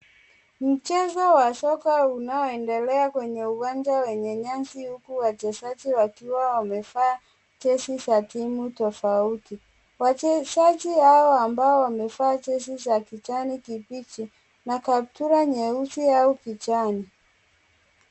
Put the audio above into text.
Mchezo wa soka unaoendelea kwenye uwanja wenye nyasi huku wachezaji wakiwa wamevaa jezi za timu tofauti. Wachezaji hawa ambao wamevaa jezi za kijani kibichi na kaptura yeusi au kijani.